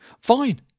fine